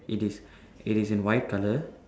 it is it is in white colour